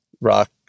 rock